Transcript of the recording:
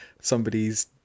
somebody's